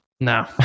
No